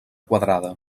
quadrada